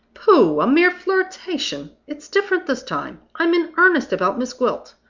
pooh! a mere flirtation. it's different this time. i'm in earnest about miss gwilt.